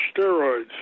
steroids